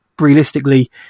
realistically